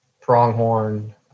pronghorn